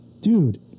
Dude